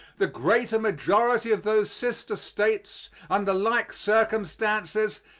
the greater majority of those sister states, under like circumstances,